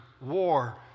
war